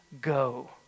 go